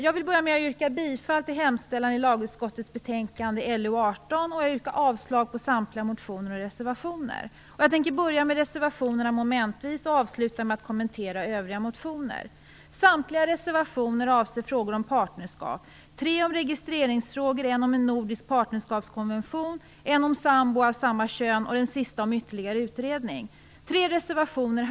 Jag vill börja med att yrka bifall till hemställan i lagutskottets betänkande LU18 och avslag på samtliga motioner och reservationer. Jag börjar med att kommentera reservationerna momentvis och avslutar med att kommentera övriga motioner. Samtliga reservationer avser frågor om partnerskap. Tre reservationer handlar om registreringsfrågor, en handlar om en nordisk partnerskapskonvention, en om sambor av samma kön och den sista reservationen gäller ytterligare utredning.